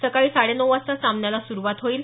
सकाळी साडे नऊ वाजता सामन्याला सुरुवात होईल